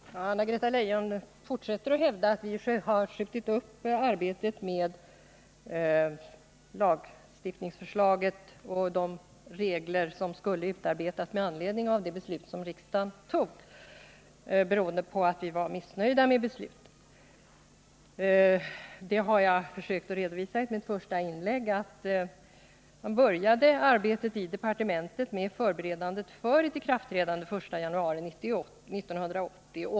Herr talman! Anna-Greta Leijon fortsätter att hävda att vi har skjutit upp arbetet med lagförslaget och de regler som skulle utarbetas med anledning av riksdagsbeslutet på grund av att vi var missnöjda med beslutet. Jag försökte i mitt första inlägg redovisa att man i departementet började förbereda ett ikraftträdande den 1 januari 1980.